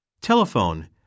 Telephone